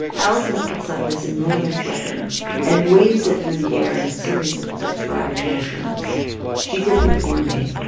alison picks up this enormous weapon and waves it through the air in a series of prescribed motions she did them for me,